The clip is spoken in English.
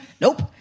nope